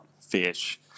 fish